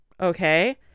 Okay